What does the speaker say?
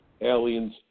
aliens